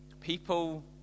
People